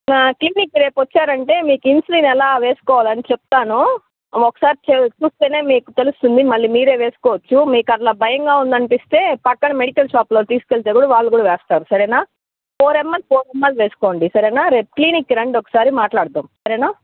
క్లినిక్కి రేపు వచ్చారంటే మీకు ఇన్సులిన్ ఎలా వేసుకోవాలి అని చెప్తాను ఒక్కసారి చూస్తేనే మీకు తెలుస్తుంది మళ్ళీ మీరే వేసుకోవచ్చు మీకు అట్ల భయంగా ఉందనిపిస్తే పక్కన మెడికల్ షాపులో తీసుకెళ్తే కూడా వాళ్ళు కూడా వేస్తారు సరేనా ఫోర్ ఎంఎల్ ఫోర్ ఎంఎల్ వేసుకోండి సరేనా రేపు క్లినిక్కి రండి ఒకసారి మాట్లాడదాం సరేనా